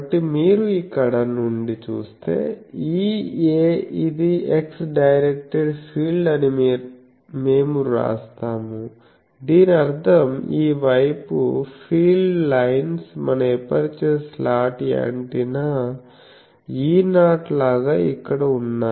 కాబట్టి మీరు ఇక్కడ నుండి చూస్తే Ea ఇది x డైరెక్టెడ్ ఫీల్డ్ అని మేము వ్రాస్తాము దీని అర్థం ఈ వైపు ఫీల్డ్స్ లైన్స్ మన ఎపర్చరు స్లాట్ యాంటెన్నా E0 లాగా ఇక్కడ ఉన్నాయి